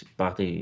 parte